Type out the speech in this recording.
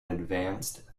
advanced